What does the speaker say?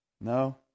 No